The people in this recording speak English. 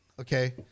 Okay